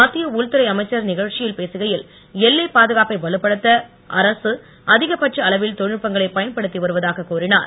மத்திய உள்துறை அமைச்சர் நிகழ்ச்சியில் பேசுகையில் எல்லைப் பாதுகாப்பை வலுப்படுத்த அரசு அதிகபட்ச அளவில் தொழில் நுட்பங்களைப் பயன்படுத்தி வருவதாக கூறினார்